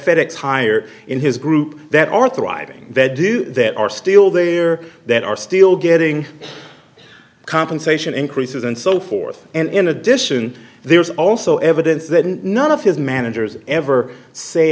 fed ex higher in his group that are thriving that do that are still there that are still getting compensation increases and so forth and in addition there's also evidence that none of his managers ever say